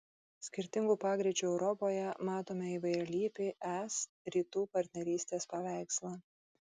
skirtingų pagreičių europoje matome įvairialypį es rytų partnerystės paveikslą